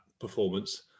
performance